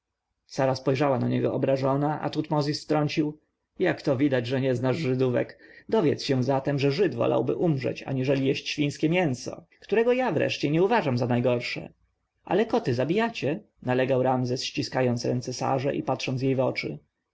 sara spojrzała na niego obrażona a tutmozis wtrącił jak to widać że nie znasz żydówek dowiedz się zatem że żyd wolałby umrzeć aniżeli jeść świńskie mięso którego ja wreszcie nie uważam za najgorsze ale koty zabijacie nalegał ramzes ściskając ręce sarze i patrząc jej w oczy